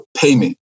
payment